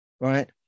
right